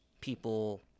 people